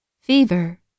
fever